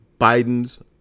Biden's